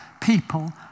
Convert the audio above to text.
people